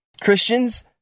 Christians